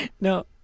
No